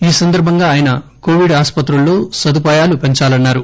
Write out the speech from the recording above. ఈ సందర్బంగా ఆయన కొవిడ్ ఆసుపత్రులలో సదుపాయాలు పెంచాలన్నారు